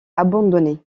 abandonné